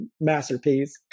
masterpiece